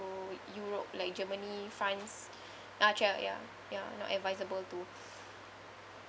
europe like germany france ya ya not advisable to